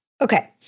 Okay